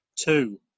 Two